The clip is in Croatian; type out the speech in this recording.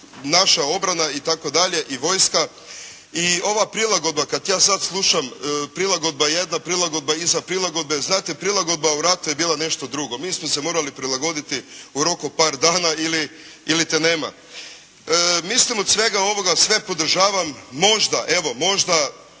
naša obrana itd. i vojska i ova prilagodba kad ja sad slušam, prilagodba jedna, prilagodba iza prilagodbe, znate, prilagodba u ratu je bila nešto drugo. Mi smo se morali prilagoditi u roku par dana ili te nema. Mislim, od svega ovoga, sve podržavam. Možda, evo možda